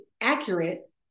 accurate